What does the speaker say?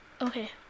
Okay